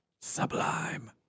sublime